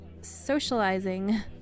socializing